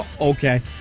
Okay